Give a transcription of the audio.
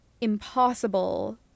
impossible